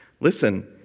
Listen